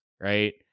Right